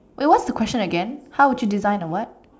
wait what's the question again how would you design a what